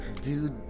dude